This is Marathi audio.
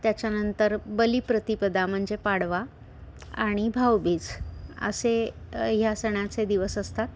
त्याच्यानंतर बलिप्रतिपदा म्हणजे पाडवा आणि भाऊबीज असे ह्या सणाचे दिवस असतात